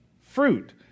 Fruit